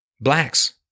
blacks